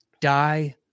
die